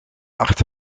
acht